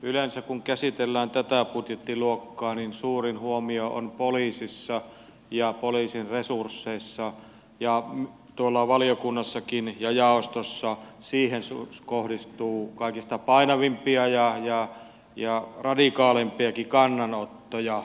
yleensä kun käsitellään tätä budjettiluokkaa suurin huomio on poliisissa ja poliisin resursseissa ja valiokunnassakin ja jaostossa siihen kohdistuu kaikista painavimpia ja radikaaleimpiakin kannanottoja